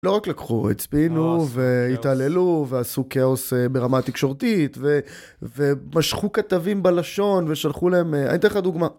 לא רק לקחו, הצפינו והתעללו ועשו כאוס ברמה התקשורתית ומשכו כתבים בלשון ושלחו להם, אני אתן לך דוגמא.